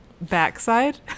backside